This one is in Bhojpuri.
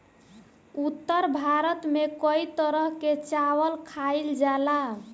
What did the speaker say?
उत्तर भारत में कई तरह के चावल खाईल जाला